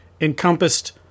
encompassed